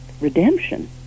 redemption